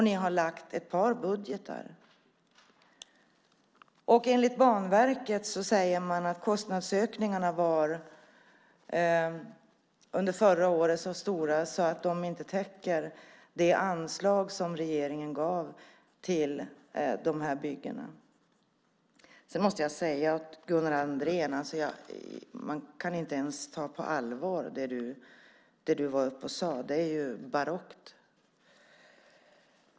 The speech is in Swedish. Ni har lagt fram ett par budgetar. Enligt Banverket var kostnadsökningarna under förra året så stora att de inte täcks av det anslag som regeringen gav till de här byggena. Sedan måste jag säga till Gunnar Andrén: Man kan inte ens ta det som du var uppe och sade på allvar. Det är ju barockt.